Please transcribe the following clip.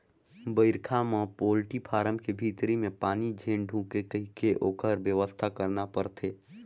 बइरखा में poultry farm के भीतरी में पानी झेन ढुंके कहिके ओखर बेवस्था करना परथे